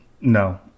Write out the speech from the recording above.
No